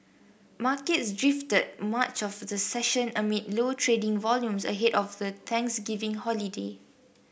markets drifted much of the session amid low trading volumes ahead of the Thanksgiving holiday